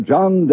John